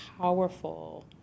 powerful